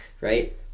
right